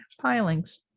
pilings